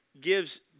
gives